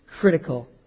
critical